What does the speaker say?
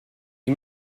you